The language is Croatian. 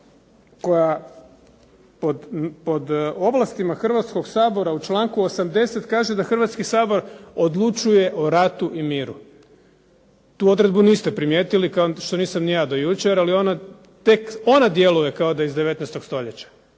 koja pod ovlastima Hrvatskog sabora u članku 80. kaže da Hrvatski sabor odlučuje o ratu i miru. Tu odredbu niste primijetili, kao što nisam ni ja do jučer, ali ona, tek ona djeluje kao da je iz 19. stoljeća.